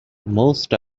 most